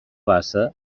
bassa